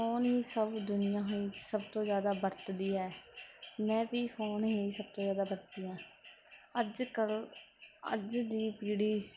phone ਹੀ ਸਭ ਦੁਨੀਆਂ ਹੀ ਸਭ ਤੋਂ ਜ਼ਿਆਦਾ ਵਰਤਦੀ ਹੈ ਮੈਂ ਵੀ ਫੋਨ ਹੀ ਸਭ ਤੋਂ ਜ਼ਿਆਦਾ ਵਰਤਦੀ ਹਾਂ ਅੱਜ ਕੱਲ੍ਹ ਅੱਜ ਦੀ ਪੀੜ੍ਹੀ